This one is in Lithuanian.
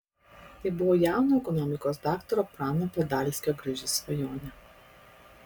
tai buvo jauno ekonomikos daktaro prano padalskio graži svajonė